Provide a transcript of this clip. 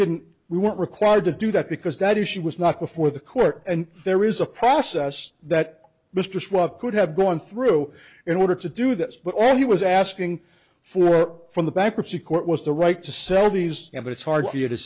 didn't we weren't required to do that because that issue was not before the court and there is a process that mr suave could have gone through in order to do this but all he was asking for from the bankruptcy court was the right to sell these and it's hard for you to